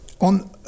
on